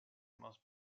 most